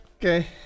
Okay